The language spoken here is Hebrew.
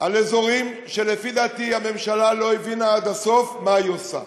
על אזורים שלפי דעתי הממשלה לא הבינה עד הסוף מה היא עושה.